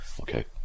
okay